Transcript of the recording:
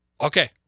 Okay